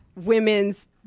women's